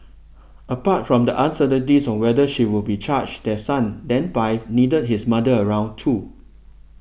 apart from the uncertainties on whether she would be charged their son then five needed his mother around too